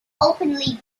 openly